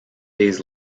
days